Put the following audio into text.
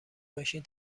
ماشین